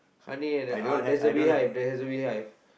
honey and ah there's a beehive there's a beehive